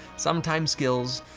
sometime skills,